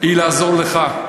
היא לעזור לך.